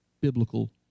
biblical